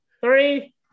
Three